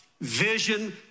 vision